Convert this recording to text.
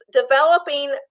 Developing